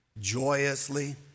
joyously